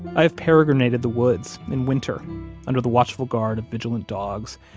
i have peregrinated the woods in winter under the watchful guard of vigilant dogs,